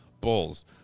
Bulls